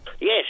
Yes